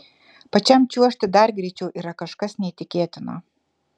pačiam čiuožti dar greičiau yra kažkas neįtikėtino